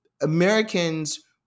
Americans